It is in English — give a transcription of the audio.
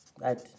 right